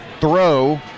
throw